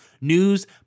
news